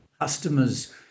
customers